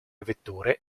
vetture